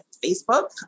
Facebook